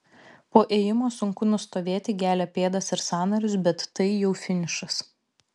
po ėjimo sunku nustovėti gelia pėdas ir sąnarius bet tai jau finišas